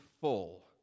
full